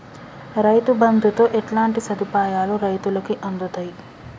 రైతు బంధుతో ఎట్లాంటి సదుపాయాలు రైతులకి అందుతయి?